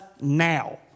now